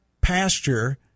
pasture